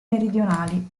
meridionali